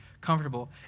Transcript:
comfortable